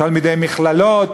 תלמידי מכללות,